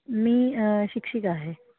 मी शिक्षिक आहे